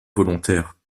volontaire